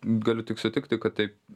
galiu tik sutikti kad taip